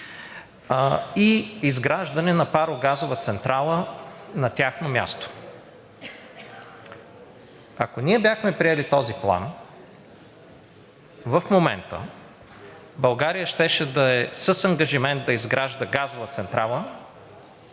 и изграждане на парогазова централа на тяхно място. Ако ние бяхме приели този план, в момента България щеше да е с ангажимент да изгражда газова централа